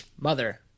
Mother